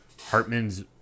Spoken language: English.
Hartman's